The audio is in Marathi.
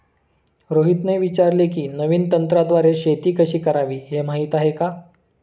रोहितने विचारले की, नवीन तंत्राद्वारे शेती कशी करावी, हे माहीत आहे का?